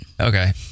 Okay